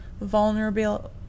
vulnerable